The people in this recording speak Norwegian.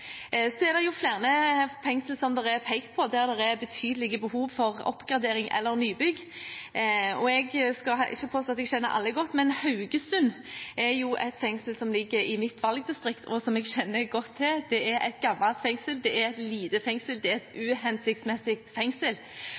Så er det jo flere fengsler, som det er pekt på, der det er betydelige behov for oppgradering eller nybygg. Jeg skal ikke påstå at jeg kjenner alle godt, men Haugesund fengsel er jo et fengsel som ligger i mitt valgdistrikt, og som jeg kjenner godt til. Det er et gammelt fengsel, det er et lite fengsel, det er et uhensiktsmessig fengsel,